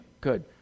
good